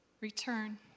Return